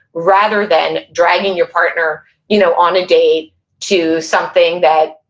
rather than dragging your partner you know on a date to something that,